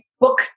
book